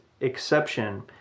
exception